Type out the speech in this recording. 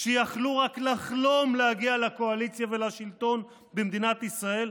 שיכלו רק לחלום להגיע לקואליציה ולשלטון במדינת ישראל,